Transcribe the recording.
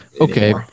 Okay